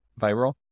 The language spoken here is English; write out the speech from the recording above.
viral